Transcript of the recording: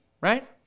right